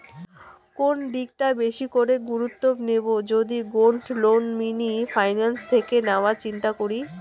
কোন দিকটা বেশি করে গুরুত্ব দেব যদি গোল্ড লোন মিনি ফাইন্যান্স থেকে নেওয়ার চিন্তা করি?